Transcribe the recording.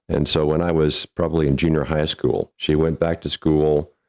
and so, when i was probably in junior high school, she went back to school,